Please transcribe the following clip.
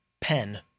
pen